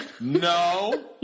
No